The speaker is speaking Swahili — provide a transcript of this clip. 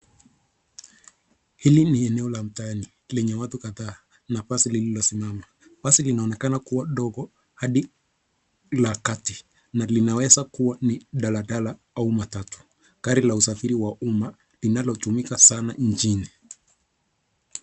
Hili ni eneo la mtaani lenye watu kadhaa na basi lililosimama, basi linaonekana kuwa dogo hadi la kati na linaweza kuwa ni daladala au matatu, gari ya usafiri wa umma inalotumika sana nchini.